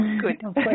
Good